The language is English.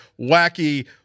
wacky